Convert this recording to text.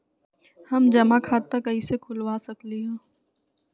हम जमा खाता कइसे खुलवा सकली ह?